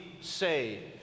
saved